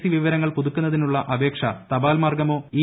C വിവരങ്ങൾ പുതുക്കുന്നതിനുള്ള അപേക്ഷ തപാൽമാർഗമോ ഇ